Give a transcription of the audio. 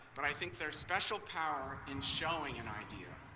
but i think there's special power in showing an idea.